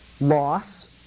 loss